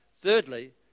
Thirdly